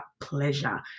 pleasure